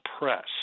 press